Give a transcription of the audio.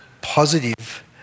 positive